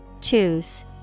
Choose